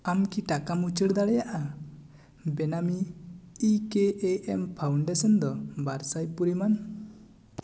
ᱟᱢ ᱠᱤ ᱴᱟᱠᱟᱢ ᱩᱪᱟᱹᱲ ᱫᱟᱲᱮᱭᱟᱜᱼᱟ ᱵᱮᱱᱟᱢᱤ ᱤ ᱠᱮ ᱮ ᱮᱢ ᱯᱷᱟᱣᱩᱱᱰᱮᱥᱚᱱ ᱫᱚ ᱵᱟᱨ ᱥᱟᱭ ᱯᱚᱨᱤᱢᱟᱱ